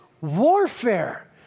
warfare